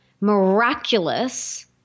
miraculous